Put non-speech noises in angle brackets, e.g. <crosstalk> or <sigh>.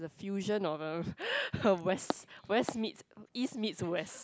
the fusion of a <breath> west west meets east meet west